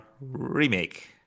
remake